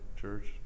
church